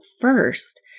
first